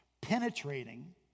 penetrating